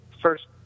first